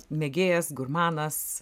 mėgėjas gurmanas